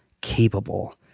capable